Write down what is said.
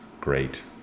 great